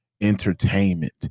entertainment